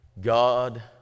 God